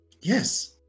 Yes